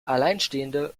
alleinstehende